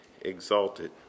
exalted